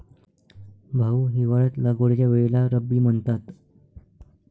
भाऊ, हिवाळ्यात लागवडीच्या वेळेला रब्बी म्हणतात